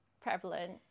prevalent